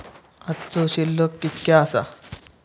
आजचो शिल्लक कीतक्या आसा?